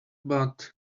but